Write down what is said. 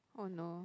oh no